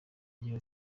agira